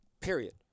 period